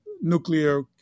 nuclear